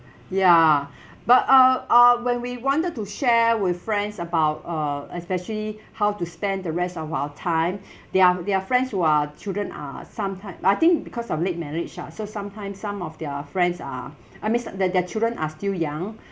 ya but uh uh when we wanted to share with friends about uh especially how to spend the rest of our time there are there are friends who are children are sometime I think because of late marriage ah so sometimes some of their friends are I means uh their their children are still young